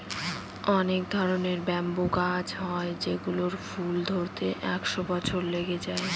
অনেক ধরনের ব্যাম্বু গাছ হয় যেগুলোর ফুল ধরতে একশো বছর লেগে যায়